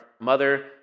mother